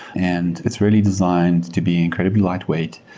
and it's really designed to be incredibly lightweight.